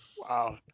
Wow